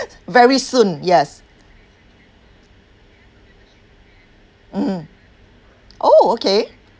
very soon yes mmhmm oh okay